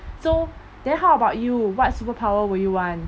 so then how about you what superpower will you want